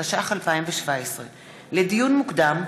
התשע"ח 2017. לדיון מוקדם: